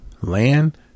land